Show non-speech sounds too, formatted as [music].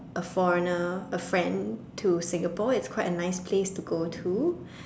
a foreigner a friend to Singapore it's quite a nice place to go to [breath]